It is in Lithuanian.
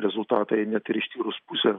rezultatai net ir ištyrus pusę